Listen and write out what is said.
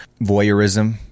voyeurism